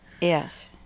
Yes